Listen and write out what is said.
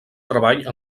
treball